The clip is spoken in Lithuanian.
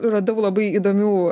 radau labai įdomių